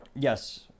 Yes